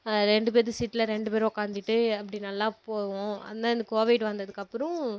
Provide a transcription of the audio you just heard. ரெண்டு பேர்த்து சீட்டில் ரெண்டு பேர் உக்கார்ந்திட்டு அப்படி நல்லா போவோம் ஆனால் இந்த கோவிட் வந்ததுக்கப்புறம்